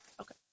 Okay